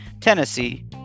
Tennessee